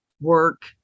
work